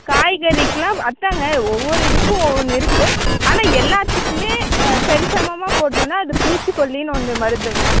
காய்கறிக்கு எல்லாம் அதுதாங்க ஒவ்வொரு இதுக்கும் ஒவ்வொன்று இருக்கு ஆனால் எல்லாத்துக்குமே சரிசமமாக போடணுனா அது பூச்சிகொல்லின்னு ஒன்று மருந்துங்க